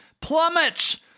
Plummets